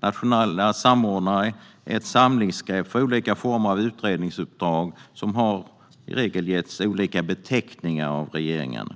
Nationella samordnare är ett samlingsgrepp för olika former av utredningsuppdrag som i regel har getts olika beteckningar av regeringen.